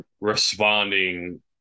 responding